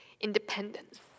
independence